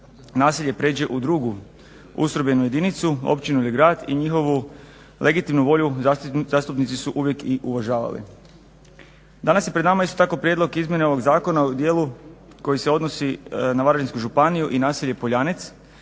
naselje prijeđe u drugu ustrojbenu jedinicu, općinu ili grad i njihovu legitimnu volju zastupnici su uvijek i uvažavali. Danas je pred nama isto tako prijedlog izmjene ovog zakona u dijelu koji se odnosi na Varaždinsku županiju i naselje Poljanec